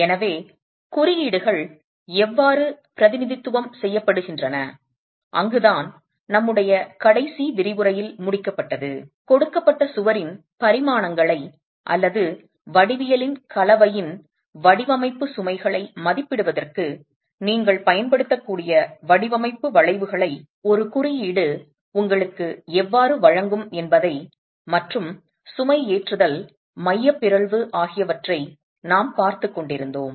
எனவே குறியீடுகள் எவ்வாறு பிரதிநிதித்துவம் செய்யப்படுகின்றன அங்குதான் நம்முடைய கடைசி விரிவுரையில் முடிக்கப்பட்டது கொடுக்கப்பட்ட சுவரின் பரிமாணங்களை அல்லது வடிவியலின் கலவையின் வடிவமைப்பு சுமைகளை மதிப்பிடுவதற்கு நீங்கள் பயன்படுத்தக்கூடிய வடிவமைப்பு வளைவுகளை ஒரு குறியீடு உங்களுக்கு எவ்வாறு வழங்கும் என்பதை மற்றும் சுமைஏற்றுதல் மைய பிறழ்வு ஆகியவற்றை நாம் பார்த்துக் கொண்டிருந்தோம்